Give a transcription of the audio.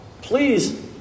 please